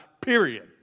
period